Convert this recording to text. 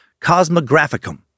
Cosmographicum